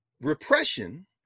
repression